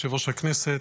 היושב-ראש,